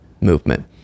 movement